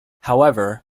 however